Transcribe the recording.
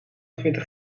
twintig